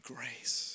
Grace